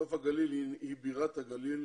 נוף הגליל היא בירת הגליל